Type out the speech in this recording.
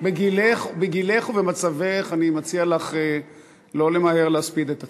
בגילך ובמצבך אני מציע לך לא למהר להספיד את עצמך.